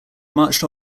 marched